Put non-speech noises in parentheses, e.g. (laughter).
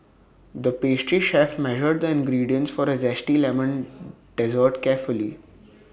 the pastry chef measured the ingredients for A Zesty Lemon (noise) dessert carefully